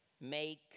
Make